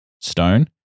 Stone